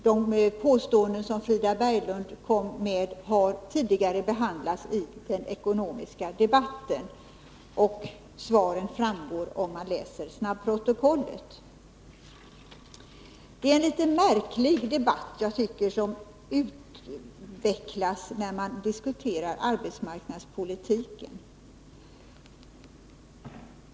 De påståenden som Frida Berglund gjorde där har tidigare behandlats i den ekonomiska debatten, och våra svar framgår om man läser snabbprotokollet. Det är en litet märklig debatt som utvecklas när man diskuterar arbetsmarknadspolitiken.